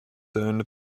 owned